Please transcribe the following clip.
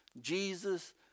Jesus